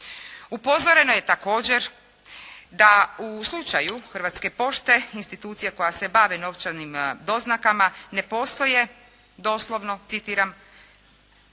Upozorena je također, da u slučaju Hrvatske pošte, institucije koja se bavi novčanim doznakama, ne postoje doslovno citiram: